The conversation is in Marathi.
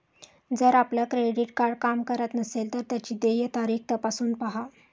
जर आपलं क्रेडिट कार्ड काम करत नसेल तर त्याची देय तारीख तपासून पाहा